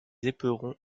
éperons